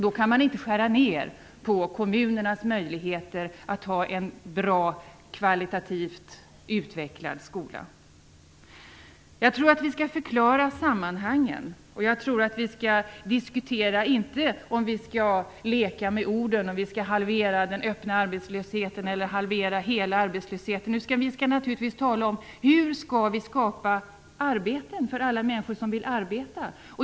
Då kan man inte skära ner på kommunernas möjligheter att ha en bra kvalitativt utvecklad skola. Jag tror att vi skall förklara sammanhangen. Jag tror inte att vi skall leka med orden och diskutera om vi skall halvera den öppna arbetslösheten eller halvera hela arbetslösheten. Vi skall naturligtvis tala om hur vi skall skapa arbeten för alla människor som vill arbeta.